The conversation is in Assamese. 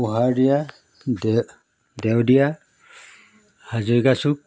পোহাৰ দিয়া দে দেও দিয়া হাজৰিকা চুক